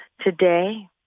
Today